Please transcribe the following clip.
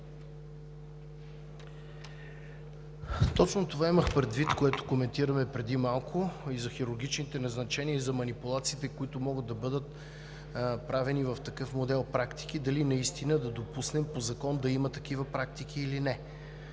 Точно това имах предвид, което коментирахме преди малко и за хирургичните назначения, и за манипулациите, които могат да бъдат правени в такъв модел практики, дали наистина да допуснем по закон да има такива практики или не.